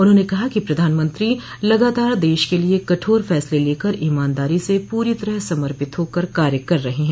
उन्होंने कहा कि प्रधानमंत्री लगातार देश के लिए कठोर फैसले लेकर ईमानदारी से पूरी तरह समर्पित होकर कार्य कर रहे हैं